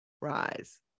rise